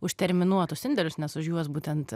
už terminuotus indėlius nes už juos būtent